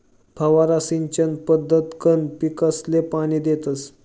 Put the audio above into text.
फवारा सिंचन पद्धतकंन पीकसले पाणी देतस